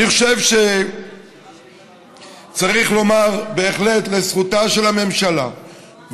אני חושב שצריך לומר בהחלט לזכותה של הממשלה,